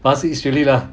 but 是 israelis lah